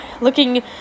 Looking